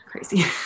crazy